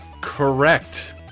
Correct